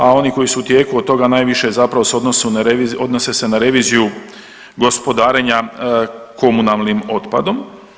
A oni koji su u tijeku od toga najviše zapravo se odnosu na, odnose se na reviziju gospodarenja komunalnim otpadom.